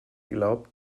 glaubt